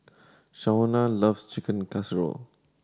Shauna loves Chicken Casserole